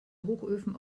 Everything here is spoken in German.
hochöfen